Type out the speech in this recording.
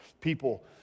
people